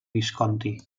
visconti